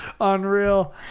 Unreal